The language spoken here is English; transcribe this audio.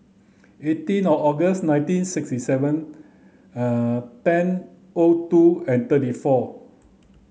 eighteen August nineteen sixty seven ten O two and thirty four